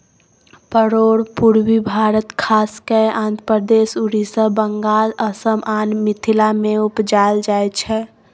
परोर पुर्वी भारत खास कय आंध्रप्रदेश, उड़ीसा, बंगाल, असम आ मिथिला मे उपजाएल जाइ छै